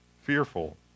fearful